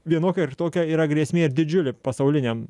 vienokia ar kitokia yra grėsmė ir didžiulė pasauliniam